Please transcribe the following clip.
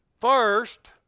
First